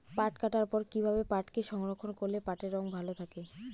পাট কাটার পর কি ভাবে পাটকে সংরক্ষন করলে পাটের রং ভালো থাকে?